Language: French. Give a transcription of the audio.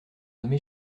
nommé